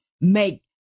make